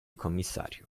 commissario